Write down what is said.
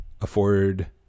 afford